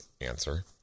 answer